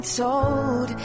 told